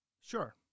Sure